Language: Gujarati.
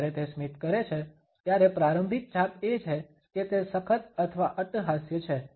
જ્યારે તે સ્મિત કરે છે ત્યારે પ્રારંભિક છાપ એ છે કે તે સખત અથવા Refer time 3716 અટ્ટહાસ્ય છે